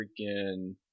freaking